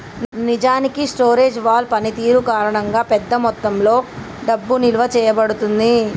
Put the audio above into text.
నిజానికి స్టోరేజ్ వాల్ పనితీరు కారణంగా పెద్ద మొత్తంలో డబ్బు నిలువ చేయబడుతుంది